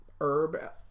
herb